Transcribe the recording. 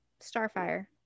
Starfire